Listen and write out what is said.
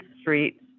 Street